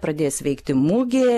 pradės veikti mugė